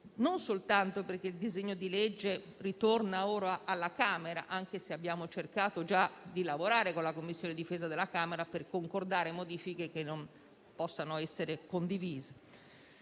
non soltanto perché il disegno di legge ritorna ora alla Camera, anche se abbiamo cercato già di lavorare con la Commissione difesa dell'altro ramo del Parlamento per concordare modifiche che possano essere condivise,